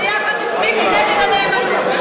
ביחד עם טיבי נגד הנאמנות.